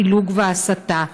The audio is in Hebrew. הפילוג וההסתה,